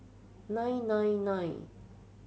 nine nine nine